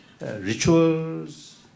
rituals